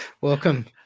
Welcome